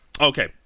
Okay